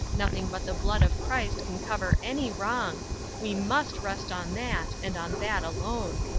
nothing but the blood of christ can cover any wrong we must rest on that, and on that alone.